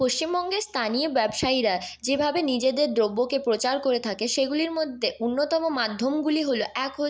পশ্চিমবঙ্গের স্থানীয় ব্যবসায়ীরা যেভাবে নিজেদের দ্রব্যকে প্রচার করে থাকে সেগুলির মধ্যে অন্যতম মাধ্যমগুলি হল এক হচ্ছে